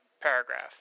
Paragraph